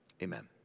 Amen